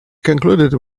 concluded